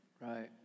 Right